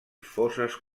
fosses